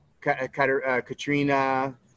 Katrina